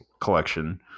collection